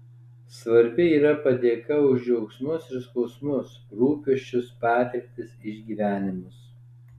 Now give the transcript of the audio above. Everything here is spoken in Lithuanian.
svarbi yra padėka už džiaugsmus ir skausmus rūpesčius patirtis išgyvenimus